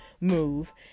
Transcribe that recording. move